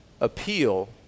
appeal